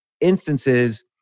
instances